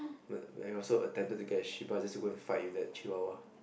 then he also intended to get a shiba just to go and fight with that Chihuahua